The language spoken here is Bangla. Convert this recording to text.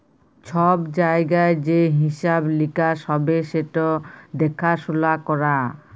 ছব জায়গায় যে হিঁসাব লিকাস হ্যবে সেট দ্যাখাসুলা ক্যরা